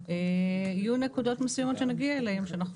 יהיו נקודות מסוימות שנגיע אליהן שאנחנו